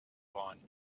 vaughan